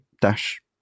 dash